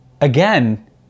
again